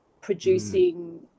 producing